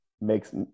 makes